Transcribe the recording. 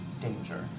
danger